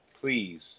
please